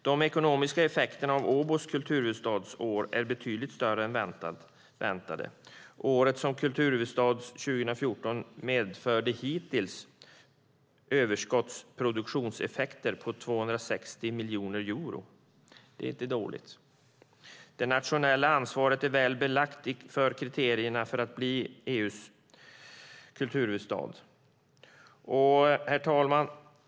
De ekonomiska effekterna av Åbos kulturhuvudstadsår är betydligt större än väntat. Året som kulturhuvudstad har hittills medfört överskottsproduktionseffekter på 260 miljoner euro. Det är inte dåligt! Det nationella ansvaret är väl belagt när det gäller kriterierna för att bli EU:s kulturhuvudstad. Herr talman!